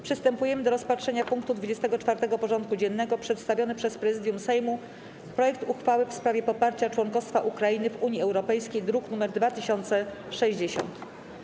Przystępujemy do rozpatrzenia punktu 24. porządku dziennego: Przedstawiony przez Prezydium Sejmu projekt uchwały w sprawie poparcia członkostwa Ukrainy w Unii Europejskiej (druk nr 2060)